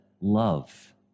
love